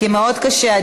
כי מאוד קשה,